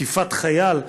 תקיפת חייל,